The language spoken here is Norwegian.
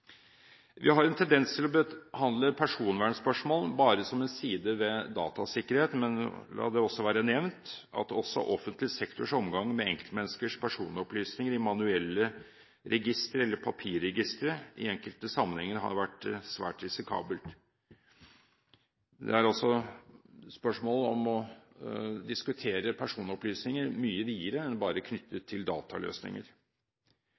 Vi har en tendens til å behandle personvernspørsmål bare som en side ved datasikkerhet, men la det være nevnt at også offentlig sektors omgang med enkeltmenneskers personopplysninger i manuelle registre eller papirregistre i enkelte sammenhenger har vært svært risikabel. Det er spørsmål om å diskutere personopplysninger mye videre enn bare